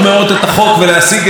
ותודה גם לשר האוצר,